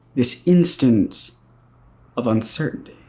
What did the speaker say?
this instance of uncertainty?